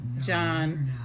John